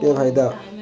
केह् फायदा